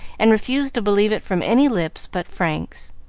and refused to believe it from any lips but frank's.